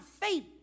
faith